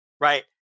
right